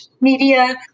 media